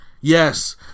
Yes